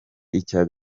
icya